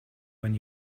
when